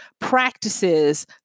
practices